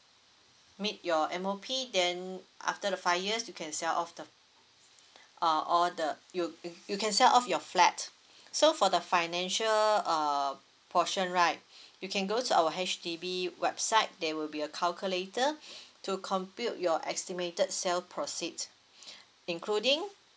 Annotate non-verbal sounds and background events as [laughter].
meet your M_O_P then after the five years you can sell off the uh all the you you can sell off your flat so for the financial uh portion right you can go to our H_D_B website there will be a calculator [breath] to compute your estimated sell proceed including